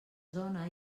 zona